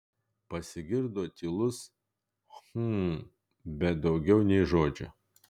pasigirdo tylus hm bet daugiau nė žodžio